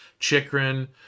Chikrin